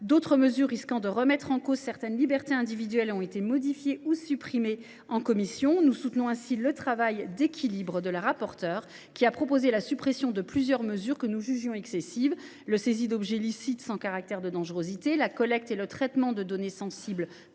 D’autres mesures, qui risquaient de remettre en cause certaines libertés individuelles, ont été modifiées ou supprimées en commission. Nous soutenons ainsi le travail d’équilibre de la rapporteure, qui a proposé la suppression de plusieurs mesures que nous jugions excessives : la saisie d’objets licites sans caractère de dangerosité ; la collecte et le traitement de données sensibles